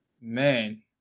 Man